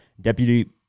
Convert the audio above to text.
deputy